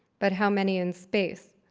but how many in space?